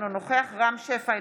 אינו נוכח רם שפע,